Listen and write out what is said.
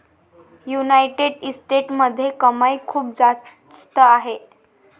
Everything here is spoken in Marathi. युनायटेड स्टेट्समध्ये कमाई खूप जास्त आहे